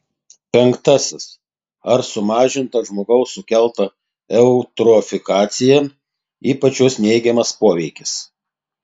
penktasis ar sumažinta žmogaus sukelta eutrofikacija ypač jos neigiamas poveikis